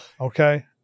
Okay